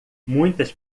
muitas